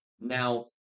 Now